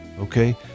okay